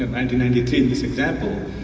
um and and and this example.